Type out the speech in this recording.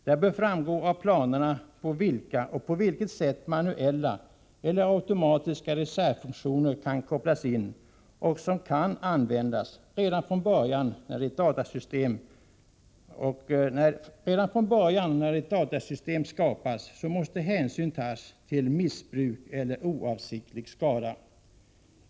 Det bör av planerna framgå vilka manuella eller automatiska reservfunktioner som kan kopplas in och på vilket sätt dessa kan användas. Redan från början, när ett datasystem skapas, måste hänsyn tas till risken för missbruk eller oavsiktlig skada.